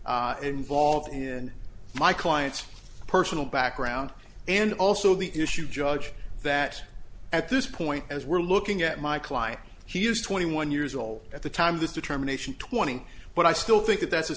involved in my client's personal background and also the issue judge that at this point as we're looking at my client he is twenty one years old at the time of this determination twenty but i still think that that's a